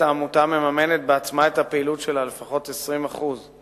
העמותה מממנת בעצמה את הפעילות שלה, לפחות 20%;